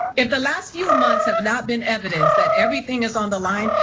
if the last few months have not been evidence that everything is on the line,